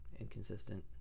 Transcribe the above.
inconsistent